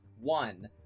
one